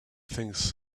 things